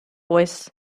voice